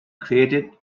created